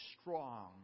strong